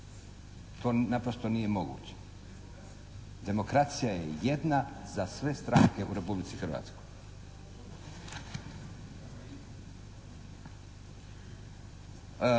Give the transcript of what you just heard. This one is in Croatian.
To naprosto nije moguće. Demokracija je jedna za sve stranke u Republici Hrvatskoj.